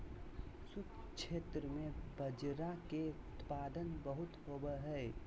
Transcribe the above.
शुष्क क्षेत्र में बाजरा के उत्पादन बहुत होवो हय